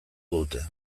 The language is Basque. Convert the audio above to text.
dute